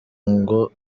ngo